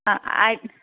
ఆ